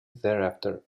thereafter